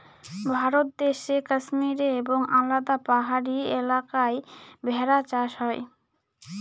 ভারত দেশে কাশ্মীরে এবং আলাদা পাহাড়ি এলাকায় ভেড়া চাষ হয়